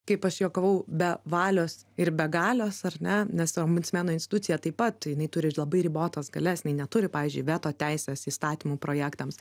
kaip aš juokavau be valios ir begalės ar ne nes ombudsmeno institucija taip pat jinai turi labai ribotas galias nei neturi pavyzdžiui veto teisės įstatymų projektams